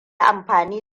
amfani